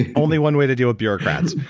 and only one way to deal with bureaucrats,